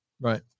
Right